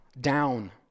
Down